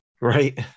right